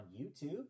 YouTube